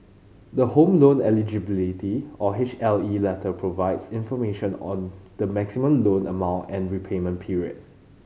the Home Loan Eligibility or H L E letter provides information on the maximum loan amount and repayment period